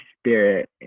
spirit